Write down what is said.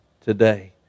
today